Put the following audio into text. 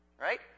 right